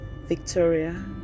Victoria